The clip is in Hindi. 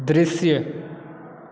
दृश्य